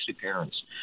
parents